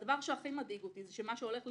והדבר שהכי מדאיג אותי זה שמה שהולך לקרות,